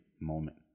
moment